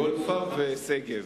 גולדפרב ושגב.